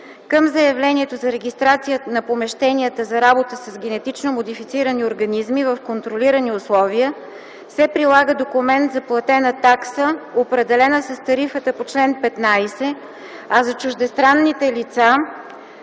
Към заявлението за регистрация на помещенията за работа с генетично модифицирани организми в контролирани условия се прилага документ за платена такса, определена с тарифата по чл. 15, а за чуждестранните лица